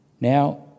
Now